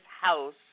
house